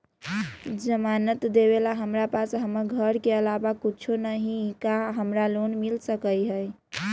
जमानत देवेला हमरा पास हमर घर के अलावा कुछो न ही का हमरा लोन मिल सकई ह?